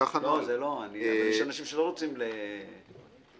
יש אנשים שלא רוצים לדבר.